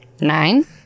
nine